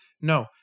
No